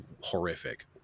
horrific